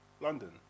London